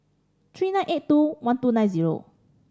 three nine eight two one two nine zero